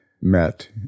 Met